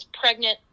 pregnant